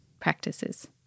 practices